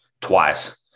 twice